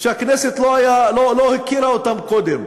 שהכנסת לא הכירה קודם.